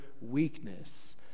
weakness